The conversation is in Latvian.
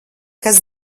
kas